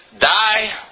die